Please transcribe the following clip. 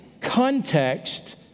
context